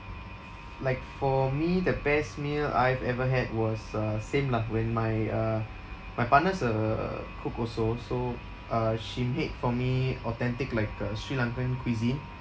like for me the best meal I've ever had was uh same lah when my uh my partner's a cook also so uh she made for me authentic like uh sri lankan cuisine